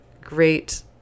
great